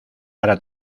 para